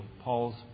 Paul's